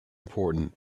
important